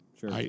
Sure